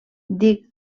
dic